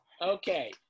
Okay